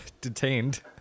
detained